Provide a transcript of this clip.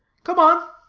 come on!